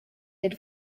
did